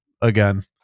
again